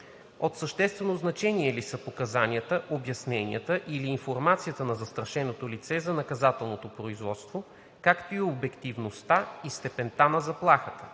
от съществено значение ли са показанията, обясненията или информацията на застрашеното лице за наказателното производство, както и обективността и степента на заплахата,